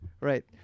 Right